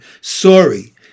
Sorry